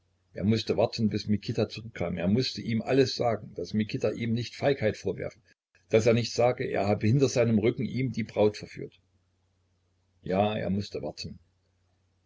er mußte warten bis mikita zurückkam er mußte ihm alles sagen daß mikita ihm nicht feigheit vorwerfe daß er nicht sage er habe hinter seinem rücken ihm die braut verführt ja er mußte warten